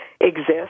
exist